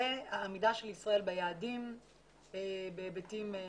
והעמידה של ישראל ביעדים בהיבטים נוספים.